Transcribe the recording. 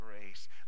grace